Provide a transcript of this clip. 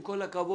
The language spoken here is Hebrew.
עם כל הכבוד,